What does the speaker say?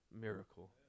miracle